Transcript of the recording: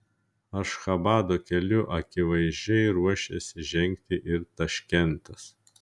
ašchabado keliu akivaizdžiai ruošiasi žengti ir taškentas